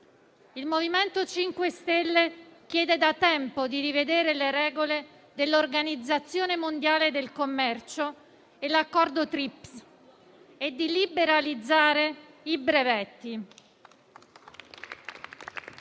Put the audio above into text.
Il MoVimento 5 Stelle chiede da tempo di rivedere le regole dell'Organizzazione mondiale del commercio e l'accordo TRIPs e di liberalizzare i brevetti.